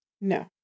No